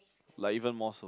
like even more so